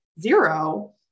zero